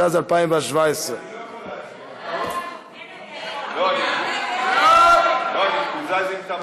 התשע"ז 2017. ההצעה להעביר את הצעת חוק חופש המידע (תיקון מס' 16)